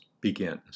begins